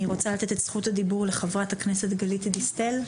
אני רוצה לתת את זכות הדיבור לחברת הכנסת גלית דיסטל,